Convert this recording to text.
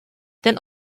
denn